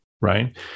right